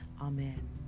Amen